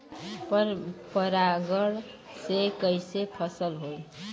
पर परागण से कईसे फसल होई?